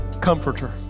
comforter